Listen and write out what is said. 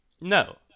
No